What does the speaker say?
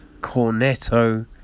Cornetto